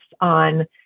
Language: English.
on